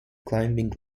climbing